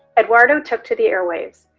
eduardo took to the airwaves.